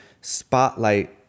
spotlight